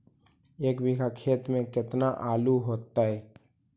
एक बिघा खेत में केतना आलू होतई?